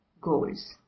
goals